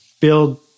build